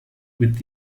with